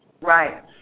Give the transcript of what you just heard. Right